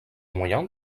moyen